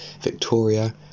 Victoria